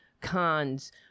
cons